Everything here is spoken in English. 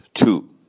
Two